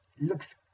looks